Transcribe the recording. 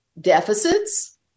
deficits